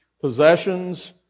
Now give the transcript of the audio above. possessions